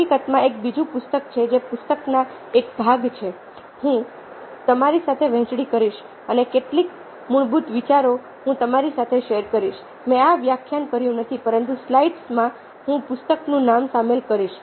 હકીકતમાં એક બીજું પુસ્તક છે જે પુસ્તકનો એક ભાગ છે જે હું તમારી સાથે વહેંચણી કરીશ અને કેટલાક મૂળભૂત વિચારો હું તમારી સાથે શેર કરીશ મેં આ વ્યાખ્યાન કર્યું નથી પરંતુ સ્લાઇડ્સમાં હું પુસ્તકનું નામ સામેલ કરીશ